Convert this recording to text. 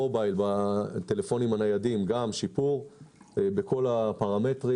בטלפונים הניידים אתם רואים גם שיפור בכל הפרמטרים.